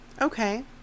Okay